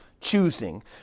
Choosing